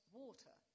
water